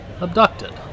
abducted